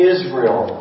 Israel